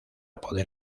poder